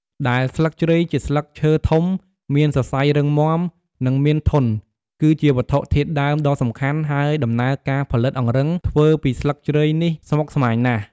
ដែលស្លឹកជ្រៃជាស្លឹកឈើធំ មានសរសៃរឹងមាំ និងមានធន់ គឺជាវត្ថុធាតុដើមដ៏សំខាន់ ហើយដំណើរការផលិតអង្រឹងធ្វើពីស្លឹកជ្រៃនេះស្មុគស្មាញណាស់។